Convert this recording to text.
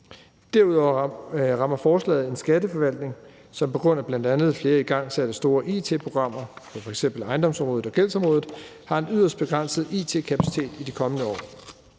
Derudover rammer forslaget en Skatteforvaltning, som på grund af bl.a. flere igangsatte store it-programmer på f.eks. ejendomsområdet og gældsområdet har en yderst begrænset it-kapacitet i de kommende år.